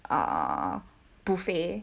err buffet